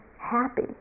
happy